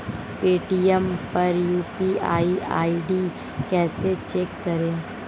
Paytm पर UPI ID कैसे check करें?